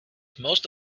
most